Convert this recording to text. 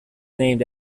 named